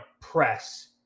press